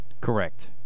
correct